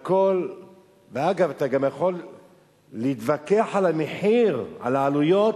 אגב, אתה יכול להתווכח על המחיר, על העלויות,